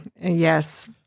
yes